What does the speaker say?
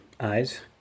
eyes